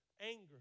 anger